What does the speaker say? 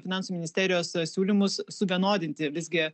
finansų ministerijos siūlymus suvienodinti visgi